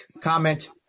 comment